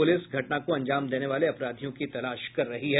police घटना को अंजाम देने वाले अपराधियों की तलाश कर रही है